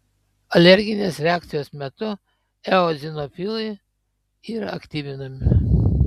alerginės reakcijos metu eozinofilai yra aktyvinami